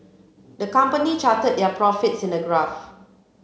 the company charted their profits in a graph